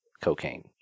cocaine